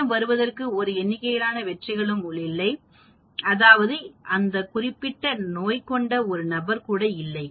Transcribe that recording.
0 வருவதற்கு ஒரு எண்ணிக்கையிலான வெற்றிகளும் இல்லை அதாவது அந்த குறிப்பிட்ட நோய் கொண்ட ஒரு நபர் கூட இல்லை